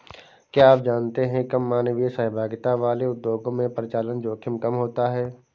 क्या आप जानते है कम मानवीय सहभागिता वाले उद्योगों में परिचालन जोखिम कम होता है?